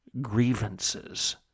grievances